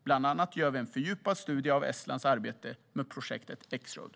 Bland annat gör vi en fördjupad studie av Estlands arbete med projektet X-road.